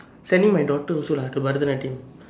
sending my daughter also lah to Bharatanatyam